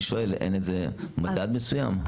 אין מדד מסוים?